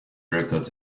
records